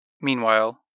Meanwhile